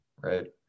Right